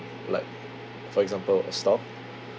like for example a stock